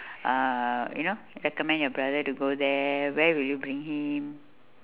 uh you know recommend your brother to go there where will you bring him